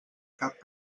cap